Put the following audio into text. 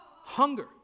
Hunger